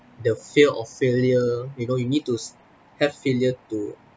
the fear of failure you know you need to s~ have failure to